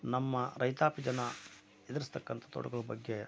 ನಮ್ಮ ರೈತಾಪಿ ಜನ ಎದುರಿಸ್ತಕ್ಕಂತ ತೊಡಕುಗಳ ಬಗ್ಗೆ